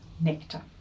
nectar